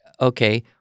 Okay